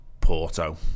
Porto